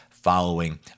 following